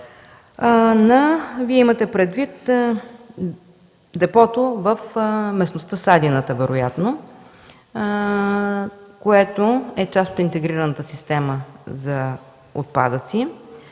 Имате предвид депото в местността „Садината” вероятно, което е част от интегрираната система за отпадъци.